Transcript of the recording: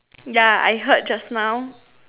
ya I heard just now